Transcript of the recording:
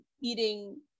eating